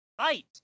fight